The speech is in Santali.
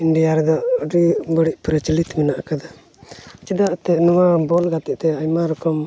ᱤᱱᱰᱤᱭᱟ ᱨᱮᱫᱚ ᱟᱹᱰᱤ ᱵᱟᱹᱲᱤᱡ ᱯᱨᱚᱪᱚᱞᱤᱛ ᱢᱮᱱᱟᱜ ᱟᱠᱟᱫᱟ ᱪᱮᱫᱟᱜᱛᱮ ᱱᱚᱣᱟ ᱵᱚᱞ ᱜᱟᱹᱛᱤᱜᱛᱮ ᱟᱭᱢᱟ ᱨᱚᱠᱚᱢ